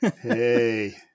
Hey